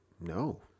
no